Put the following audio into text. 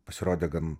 pasirodė gan